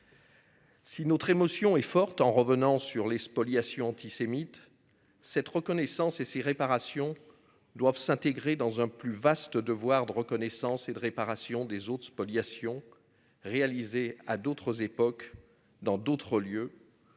Si notre émotion est forte en revenant sur les spoliations antisémites. Cette reconnaissance et six réparations. Doivent s'intégrer dans un plus vaste de voir de reconnaissance et de réparation des autres spoliation réalisées à d'autres époques dans d'autres lieux,